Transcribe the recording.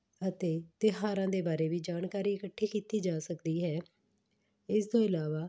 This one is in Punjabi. ਅਤੇ ਤਿਉਹਾਰਾਂ ਦੇ ਬਾਰੇ ਵੀ ਜਾਣਕਾਰੀ ਇਕੱਠੀ ਕੀਤੀ ਜਾ ਸਕਦੀ ਹੈ ਇਸ ਤੋਂ ਇਲਾਵਾ